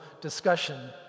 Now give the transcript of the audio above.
discussion